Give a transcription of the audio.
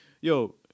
yo